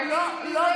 לא,